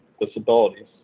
disabilities